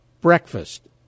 breakfast